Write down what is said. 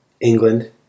England